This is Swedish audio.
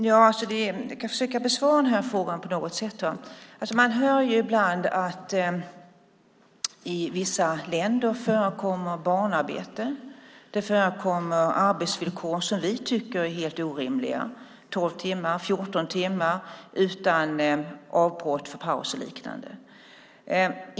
Fru talman! På något sätt ska jag försöka besvara frågan. Man hör ibland att det i vissa länder förekommer barnarbete och arbetsvillkor som vi tycker är helt orimliga, till exempel 12-14 timmars arbete utan avbrott, utan paus och liknande.